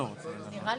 מעטפת,